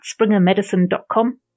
springermedicine.com